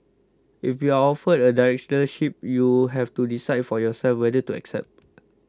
if you are offered a Directorship you have to decide for yourself whether to accept